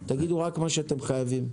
תגידו רק מה שאתם חייבים.